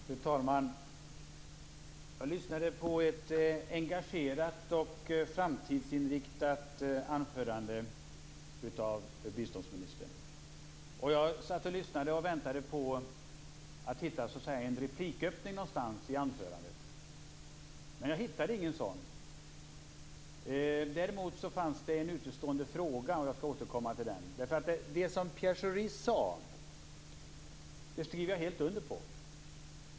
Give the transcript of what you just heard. Fru talman! Jag lyssnade på ett engagerat och framtidsinriktat anförande av biståndsministern. Jag väntade på att hitta en repliköppning någonstans i anförandet, men jag hittade ingen sådan. Däremot fanns det en utestående fråga, och jag skall återkomma till den. Det som Pierre Schori sade skriver jag helt under på.